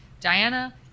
Diana